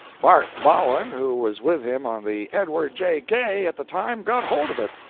bart bowen, who was with him on the edward j. gay at the time, got hold of it,